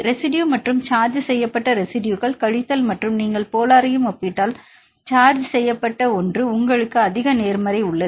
ரெசிடுயுகள் மற்றும் சார்ஜ் செய்யப்பட்ட ரெசிடுயுகள் கழித்தல் மற்றும் நீங்கள் போலார்யும் ஒப்பிட்டால் சார்ஜ் செய்யப்பட்ட ஒன்று உங்களுக்கு அதிக எதிர்மறை உள்ளது